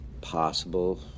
possible